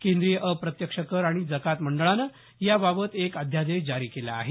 केंद्रीय अप्रत्यक्ष कर आणि जकात मंडळानं या बाबत एक अध्यादेश जारी केला आहे